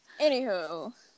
Anywho